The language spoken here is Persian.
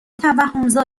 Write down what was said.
توهمزا